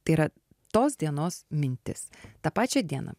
tai yra tos dienos mintis tą pačią dieną